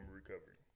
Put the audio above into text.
recovery